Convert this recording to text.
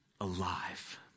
alive